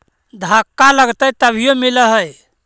धक्का लगतय तभीयो मिल है?